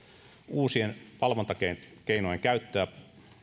uusien valvontakeinojen käyttöä